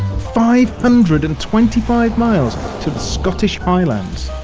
five hundred and twenty five miles to the scottish highlands.